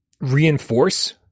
reinforce